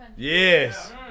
Yes